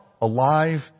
alive